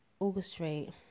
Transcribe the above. orchestrate